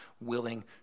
willing